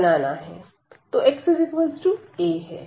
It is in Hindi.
तो x a है